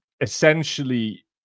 essentially